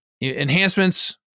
enhancements